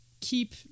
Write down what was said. keep